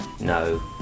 no